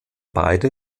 beide